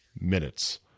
minutes